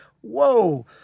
Whoa